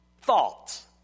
thoughts